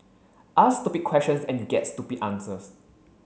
ask stupid questions and you get stupid answers